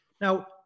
now